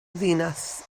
ddinas